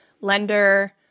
lender